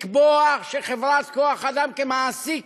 לקבוע שחברת כוח-אדם כמעסיק